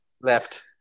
Left